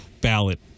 ballot